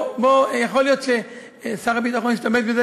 יכול להיות ששר הביטחון השתמש בזה,